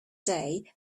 day